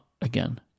again